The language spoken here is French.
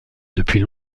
depuis